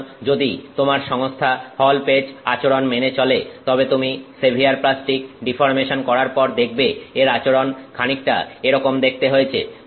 সুতরাং যদি তোমার সংস্থা হল পেচ আচরণ মেনে চলে তবে তুমি সেভিয়ার প্লাস্টিক ডিফর্মেশন করার পর দেখবে এর আচরণ খানিকটা এরকম দেখতে হয়েছে